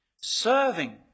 Serving